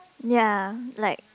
ya like